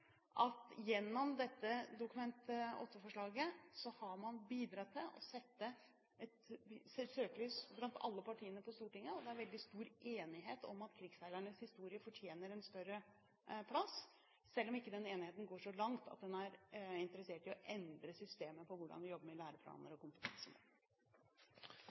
har man bidratt til å sette søkelys på dette i alle partiene på Stortinget. Det er veldig stor enighet om at krigsseilernes historie fortjener en større plass, selv om den enigheten ikke går så langt som at en er interessert i å endre systemet for hvordan vi jobber med læreplaner